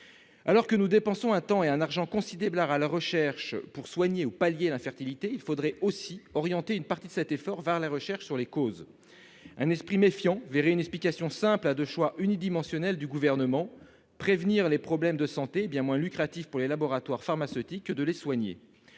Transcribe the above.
Alors que nous dépensons un temps et un argent considérable à la recherche visant à soigner ou à pallier l'infertilité, il faudrait orienter une partie de cet effort vers la recherche sur ses causes. Un esprit méfiant verrait une explication simple à ce choix unidimensionnel du Gouvernement : prévenir les problèmes de santé est bien moins lucratif pour les laboratoires pharmaceutiques que les soigner.